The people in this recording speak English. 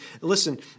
listen